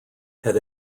had